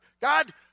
God